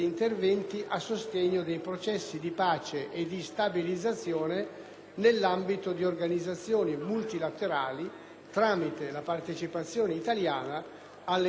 nell'ambito di organizzazioni multilaterali, tramite la partecipazione italiana alle iniziative realizzate dagli organismi internazionali e dall'Unione europea.